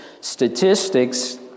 statistics